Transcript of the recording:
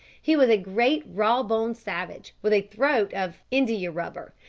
he was a great raw-boned savage, with a throat of indiarubber,